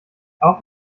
auch